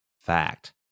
fact